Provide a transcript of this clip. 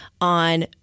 on